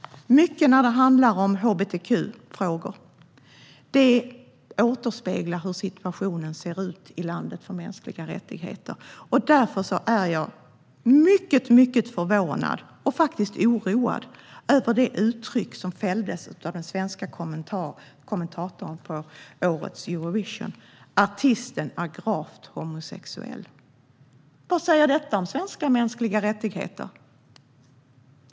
Mycket kring hbtq-frågor i ett land återspeglar hur situationen ser ut för de mänskliga rättigheterna i landet, och därför är jag mycket, mycket förvånad och faktiskt oroad över det uttryck som fälldes av den svenska kommentatorn på årets Eurovision: Artisten är gravt homosexuell. Vad säger det om svenska mänskliga rättigheter?